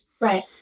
Right